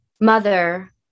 mother